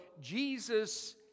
Jesus